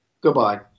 Goodbye